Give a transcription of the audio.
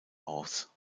aus